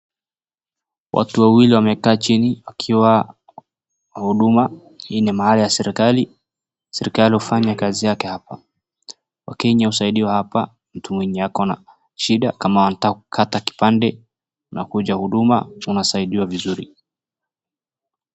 Watu wawili wamekaa chini wakiwa huduma. Hii ni mahali ya serikali. Serikali hufanya kazi yake hapa. Wakenya kusaidiwa hapa mtu mwenye ako na shida. Kama wanataka kukata kipande unakuja huduma unasaidiwa vizuri.